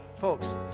Folks